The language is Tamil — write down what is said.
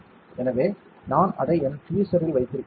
எனவே நான் அதை என் டீவீஸர்ரில் வைத்திருக்கிறேன்